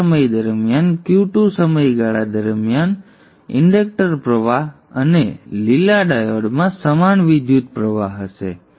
તે સમય દરમિયાન Q2 સમયગાળા દરમિયાન ઇન્ડક્ટર પ્રવાહ અને લીલા ડાયોડમાં સમાન વિદ્યુતપ્રવાહ હશે